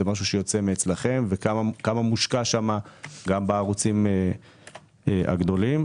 וכמה מושקע שם גם בערוצים הגדולים?